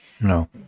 No